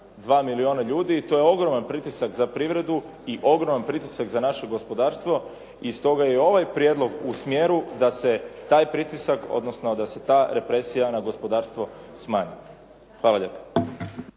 2 milijuna ljudi i to je ogroman pritisak za privredu i ogroman pritisak za naše gospodarstvo i stoga je ovaj prijedlog u smjeru da se taj pritisak odnosno da se ta represija na gospodarstvo smanji. Hvala lijepo.